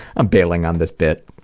i'm bailing on this bit,